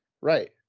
right